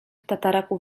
tataraku